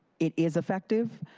it is effective.